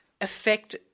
affect